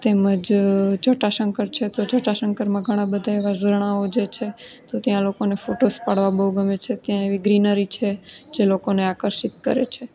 તેમજ જટાશંકર છે તો જટાશંકરમાં ઘણાં બધા એવાં ઝરણાઓ જે છે તો ત્યાં લોકોને ફોટોસ પાડવા બહુ ગમે છે ત્યાં એવી ગ્રીનરી છે જે લોકોને આકર્ષિત કરે છે